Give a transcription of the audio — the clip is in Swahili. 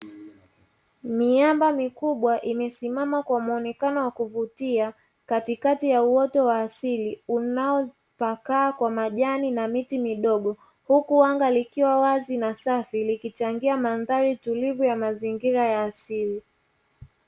Miamba mikubwa imesimama kwa muonekano wa kuvutia katikati ya uoto wa asili, unaopakaa kwa majani na miti midogo, huku anga likiwa wazi na safi likichangia mandhari tulivu ya mazingira ya asili.